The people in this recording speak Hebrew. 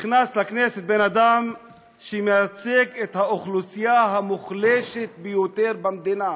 נכנס לכנסת בן-אדם שמייצג את האוכלוסייה המוחלשת ביותר במדינה,